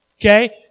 Okay